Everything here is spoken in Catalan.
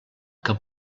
que